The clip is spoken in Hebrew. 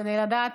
כדי לדעת,